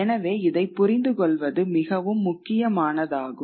எனவே இதைப் புரிந்துகொள்வது மிகவும் முக்கியமானதாகும்